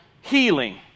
healing